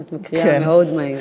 את מקריאה מהיר מאוד.